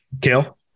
Kale